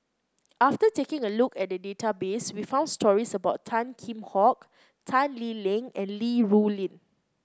after taking a look at the database we found stories about Tan Kheam Hock Tan Lee Leng and Li Rulin